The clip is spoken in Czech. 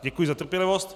Děkuji za trpělivost.